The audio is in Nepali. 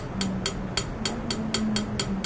महादेवको मन्दिरमा